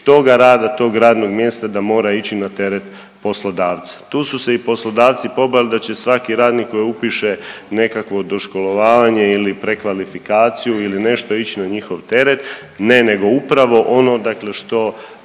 toga rada, tog radnog mjesta da mora ići na teret poslodavca. Tu su se i poslodavci pobojali da će svaki radnik koji upiše nekakvo doškolovavanje ili prekvalifikaciju ili nešto ić na njihov teret. Ne, nego upravo ono